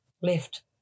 left